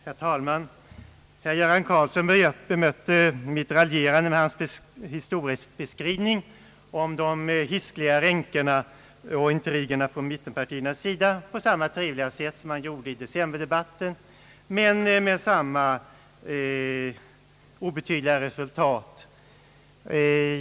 Herr talman! Herr Göran Karlsson bemötte mitt raljerande med sin historieskrivning om de hiskeliga ränkerna och intrigerna från mittenpartiernas sida på samma trevliga men i sak innehållslösa sätt som han gjorde i decemberdebatten.